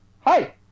hi